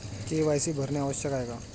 KYC भरणे आवश्यक आहे का?